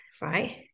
right